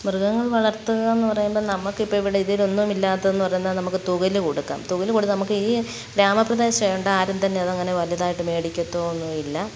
മൃഗങ്ങൾ വളർത്തുകയെന്ന് പറയുമ്പോൾ നമുക്കിപ്പോൾ ഇവിടെ ഇതിലൊന്നും ഇല്ലാത്തതെന്ന് പറയുന്നത് നമുക്ക് തുവൽ കെടുക്കാം തുവൽ കൊടുത്താൽ നമുക്ക് ഈ ഗ്രാമ പ്രദേശമായതുകൊണ്ട് ആരുംതന്നെ അങ്ങനെ വലുതായിട്ട് മേടിക്കത്തൊ ഒന്നുമില്ല